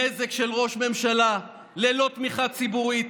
הנזק של ראש ממשלה ללא תמיכה ציבורית,